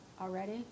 already